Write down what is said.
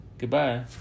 Goodbye